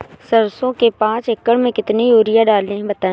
सरसो के पाँच एकड़ में कितनी यूरिया डालें बताएं?